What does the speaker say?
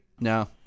no